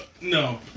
No